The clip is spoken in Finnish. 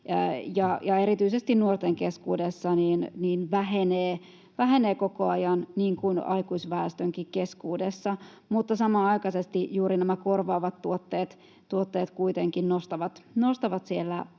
erityisesti nuorten keskuudessa vähenee koko ajan niin kuin aikuisväestönkin keskuudessa, mutta samanaikaisesti juuri nämä korvaavat tuotteet kuitenkin nostavat siellä